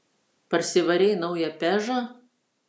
parsivarei naują pežą